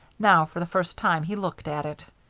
now for the first time he looked at it.